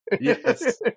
Yes